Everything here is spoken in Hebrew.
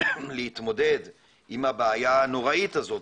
להתמודד עם הבעיה הנוראית הזאת,